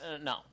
No